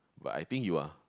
but I think you are